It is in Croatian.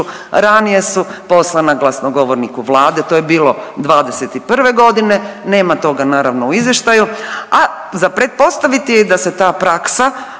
ranije su poslana glasnogovorniku Vlade, to je bilo '21. godine, nema toga naravno u izvještaju. A za pretpostaviti je da se i ta praksa